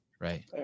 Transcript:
Right